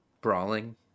brawling